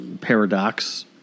Paradox